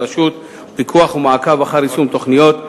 פיקוח ומעקב אחר יישום תוכניות,